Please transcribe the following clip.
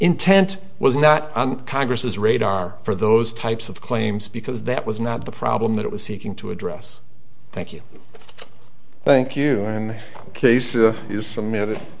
intent was not congress's radar for those types of claims because that was not the problem that it was seeking to address thank you thank you in case there is some notice